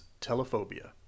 Telephobia